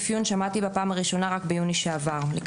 היום ז' בסיון התשפ"ב, 6 ביוני 2022. על סדר